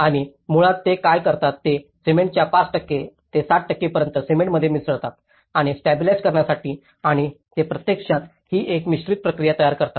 आणि मुळात ते काय करतात हे सिमेंटच्या 5 ते 7 पर्यंत सिमेंटमध्ये मिसळत आणि स्टॅबिलिज्ड करण्यासाठी आणि ते प्रत्यक्षात ही एक मिश्रित प्रक्रिया तयार करतात